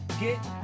Get